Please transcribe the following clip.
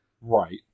Right